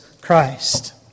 Christ